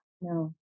no